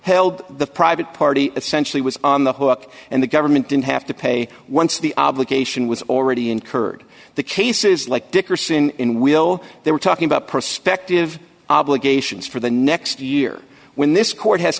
held the private party essentially was on the hook and the government didn't have to pay once the obligation was already incurred the case is like dickerson in will they were talking about prospective obligations for the next year when this court has